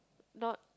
not